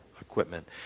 equipment